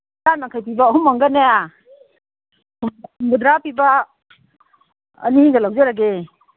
ꯆꯥꯝ ꯌꯥꯡꯈꯩ ꯄꯤꯕ ꯑꯍꯨꯝ ꯑꯃꯒꯅꯦ ꯍꯨꯝꯐꯨꯗ꯭ꯔꯥ ꯄꯤꯕ ꯑꯅꯤ ꯑꯃꯒ ꯂꯧꯖꯔꯒꯦ